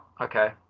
okay